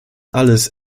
alles